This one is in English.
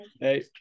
hey